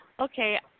okay